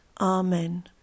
Amen